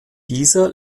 dieser